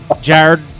Jared